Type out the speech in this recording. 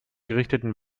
gerichteten